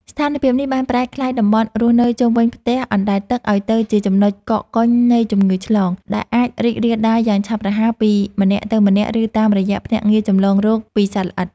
ស្ថានភាពនេះបានប្រែក្លាយតំបន់រស់នៅជុំវិញផ្ទះអណ្ដែតទឹកឱ្យទៅជាចំណុចកកកុញនៃជំងឺឆ្លង ដែលអាចរីករាលដាលយ៉ាងឆាប់រហ័សពីម្នាក់ទៅម្នាក់ ឬតាមរយៈភ្នាក់ងារចម្លងរោគពីសត្វល្អិត។